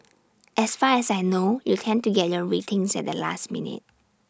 as far as I know you tend to get your ratings at the last minute